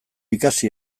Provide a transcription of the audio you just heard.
ikasi